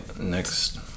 next